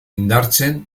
indartzen